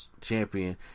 Champion